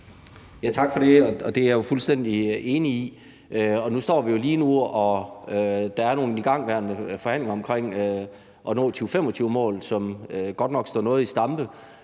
Tak for det. Det er jeg jo fuldstændig enig i. Der er lige nu igangværende forhandlinger om at nå 2025-målet, som godt nok står noget i stampe,